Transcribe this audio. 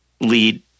lead